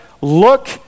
look